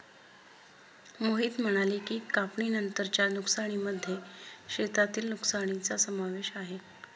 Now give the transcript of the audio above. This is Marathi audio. मोहित म्हणाले की, कापणीनंतरच्या नुकसानीमध्ये शेतातील नुकसानीचा समावेश आहे